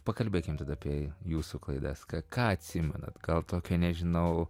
pakalbėkim tada apie jūsų klaidas ką ką atsimenat gal tokio nežinau